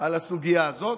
על הסוגיה הזאת.